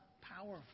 powerful